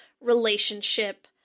relationship